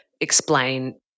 explain